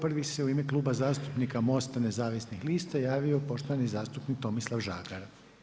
Prvi se u ime Kluba zastupnika MOST-a Nezavisnih lista javio poštovani zastupnik Tomislav Žagar.